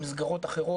במסגרות אחרות,